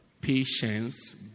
patience